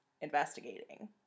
investigating